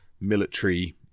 military